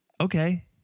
okay